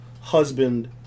husband